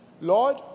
Lord